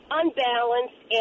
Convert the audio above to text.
unbalanced